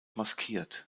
maskiert